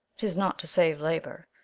tis not to save labour,